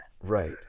right